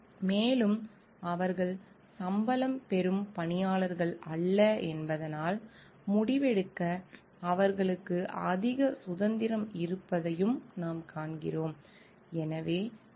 மேலும் அவர்கள் சம்பளம் பெறும் பணியாளர்கள் அல்ல என்பதால் முடிவெடுக்க அவர்களுக்கு அதிக சுதந்திரம் இருப்பதையும் நாம் காண்கிறோம்